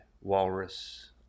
walrus